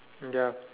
ya